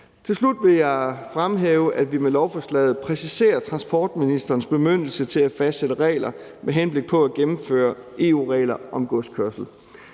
Til slut vil jeg fremhæve, at vi med lovforslaget præciserer transportministerens bemyndigelse til at fastsætte regler med henblik på at gennemføre EU-regler om godskørsel.